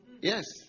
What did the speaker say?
Yes